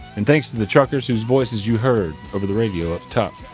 and thanks to the truckers whose voices you heard over the radio up top.